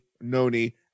Noni